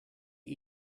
you